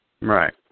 Right